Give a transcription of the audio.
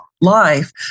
life